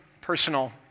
personal